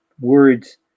words